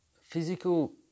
physical